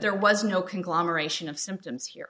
there was no conglomeration of symptoms here